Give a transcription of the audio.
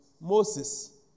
Moses